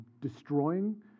destroying